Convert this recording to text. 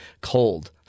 cold